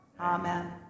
Amen